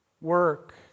work